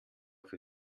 für